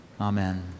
Amen